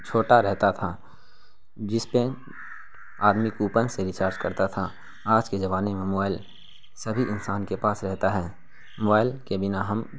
چھوٹا رہتا تھا جس پہ آدمی کوپن سے ریچارج کرتا تھا آج کے زمانے میں موائل سبھی انسان کے پاس رہتا ہے موائل کے بنا ہم